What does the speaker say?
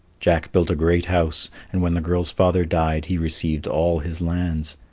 jack built a great house, and when the girl's father died, he received all his lands,